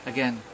Again